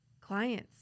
clients